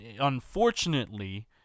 unfortunately